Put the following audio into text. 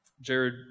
Jared